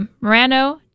Morano